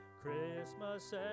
Christmas